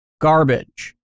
garbage